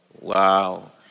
Wow